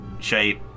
shape